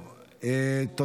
16) (מקבל החלטות זמני לטיפול רפואי),